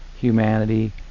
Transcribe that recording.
humanity